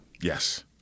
Yes